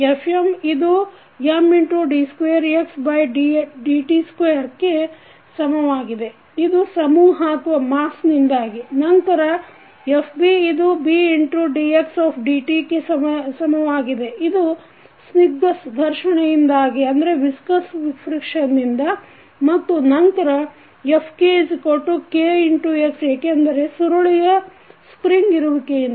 Fm ಇದು Md2xdt2ಕ್ಕೆ ಸಮವಾಗಿದೆ ಇದು ಸಮೂಹ ನಿಂದಾಗಿ ನಂತರ Fb ಇದು Bdxdtಕ್ಕೆ ಸಮವಾಗಿದೆ ಇದು ಸ್ನಿಗ್ಧ ಘರ್ಷಣೆಯಿಂದಾಗಿ ಮತ್ತು ನಂತರ FkKx ಏಕೆಂದರೆ ಸುರುಳಿಯ ಇರುವಿಕೆಯಿಂದ